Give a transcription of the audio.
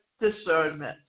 discernment